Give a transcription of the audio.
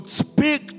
speak